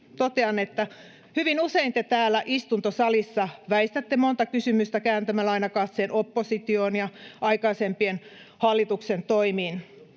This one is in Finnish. hallitus, hyvin usein te täällä istuntosalissa väistätte monta kysymystä kääntämällä aina katseen oppositioon ja aikaisempien hallitusten toimiin.